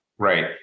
Right